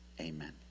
Amen